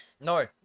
No